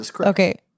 Okay